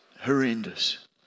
horrendous